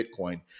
bitcoin